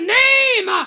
name